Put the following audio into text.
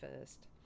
first